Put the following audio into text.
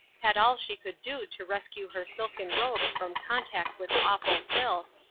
had all she could do to rescue her silken robes from contact with awful filth,